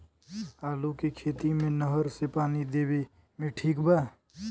आलू के खेती मे नहर से पानी देवे मे ठीक बा?